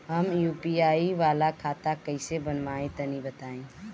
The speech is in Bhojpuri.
हम यू.पी.आई वाला खाता कइसे बनवाई तनि बताई?